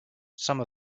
some